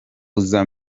uza